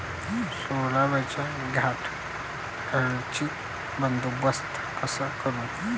सोल्यावरच्या घाटे अळीचा बंदोबस्त कसा करू?